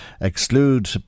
exclude